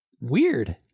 Weird